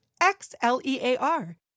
X-L-E-A-R